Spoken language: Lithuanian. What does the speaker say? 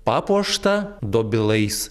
papuoštą dobilais